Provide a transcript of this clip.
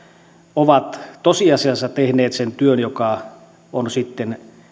ovat tosiasiassa tehneet sen työn joka on sitten